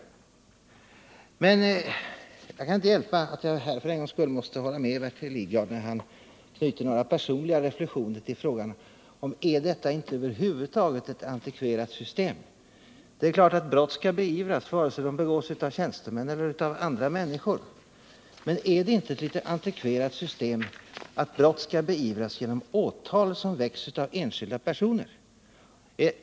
Men jag kan inte hjälpa att jag för en gångs skull måste hålla med Bertil Lidgard när han knyter några personliga reflexioner till detta, där han ifrågasätter om det inte över huvud taget gäller ett antikverat system. Det är klart att brott skall beivras vare sig de begås av tjänstemän eller av andra människor, men är det inte ett litet antikverat system att brott skall beivras genom åtal som väcks av enskilda personer?